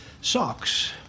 socks